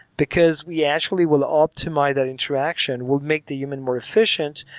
because we actually will optimize that interaction. we'll make the human more efficient,